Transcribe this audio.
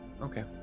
Okay